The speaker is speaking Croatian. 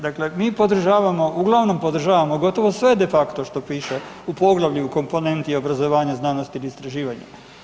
Dakle, mi podržavamo, uglavnom podržavamo gotovo sve de facto što piše u poglavlju u komponenti obrazovanja, znanosti i istraživanja.